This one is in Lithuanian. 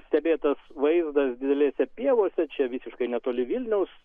stebėtas vaizdas didelėse pievose čia visiškai netoli vilniaus